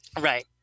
Right